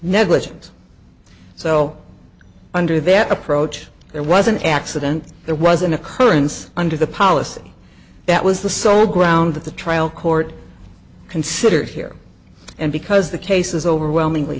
negligence so under that approach there was an accident there was an occurrence under the policy that was the sole ground that the trial court considered here and because the case is overwhelmingly